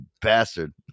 bastard